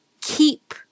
keep